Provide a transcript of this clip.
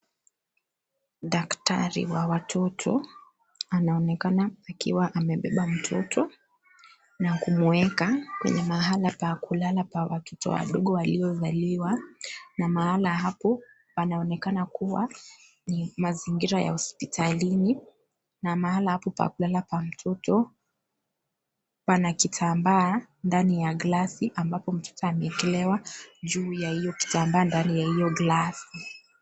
Dktari wa watoto, anaonekana akiwa amebeba mtoto, na kumweka, mahala pa kulala pa watoto wadogo walio zaliwa, na mahala hapo, panaonekana kuwa, ni mazingira ya ofisi ya hospitalini, na mahala hapo pa kulla pa mtoto, pana kitambaa ndani ya glasi ambapo mtoto ameekelewa, juu ya hio kitambaa ndani ya hio glasi.